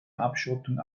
abschottung